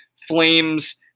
Flames